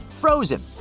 frozen